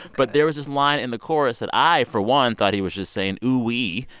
but there was this line in the chorus that i, for one, thought he was just saying, ooh wee.